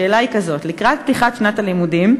השאילתה היא כזאת: לקראת פתיחת שנת הלימודים,